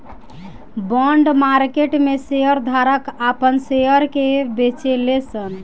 bond market में share धारक आपन शेयर के बेचेले सन